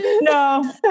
no